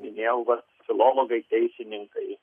minėjau va filologai teisininkai